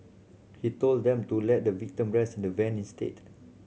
he told them to let the victim rest in the van instead